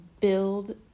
build